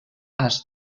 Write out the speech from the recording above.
als